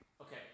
Okay